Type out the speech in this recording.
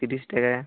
ᱛᱤᱨᱤᱥ ᱴᱟᱠᱟ